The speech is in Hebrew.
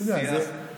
איזה שיח נודד?